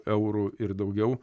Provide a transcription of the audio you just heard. eurų ir daugiau